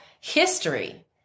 history